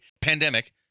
pandemic